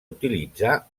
utilitzar